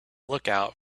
lookout